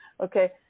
Okay